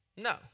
No